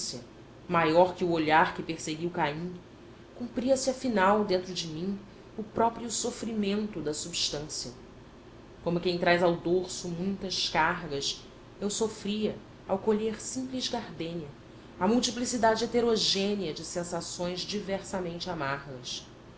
maior que o olhar que perseguiu caim cumpria se afinal dentro de mim o próprio sofrimento da substância como quem traz ao dorso muitas cargas eu sofria ao colher simples gardênia a multiplicação heterogênea de sensações diversamente amargas